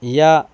یا